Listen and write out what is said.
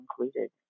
included